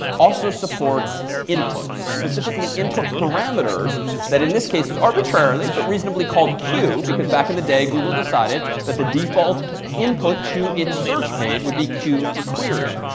also supports input, specifically input parameters that in this case is arbitrarily but reasonably called q, because back in the day, google decided that the default input to its search page would be q for query.